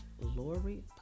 Lori